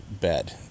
bed